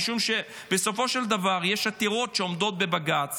משום שבסופו של דבר יש עתירות שעומדות בבג"ץ